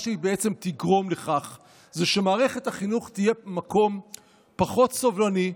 היא בעצם תגרום לכך שמערכת החינוך תהיה מקום פחות סובלני,